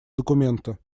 документа